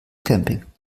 camping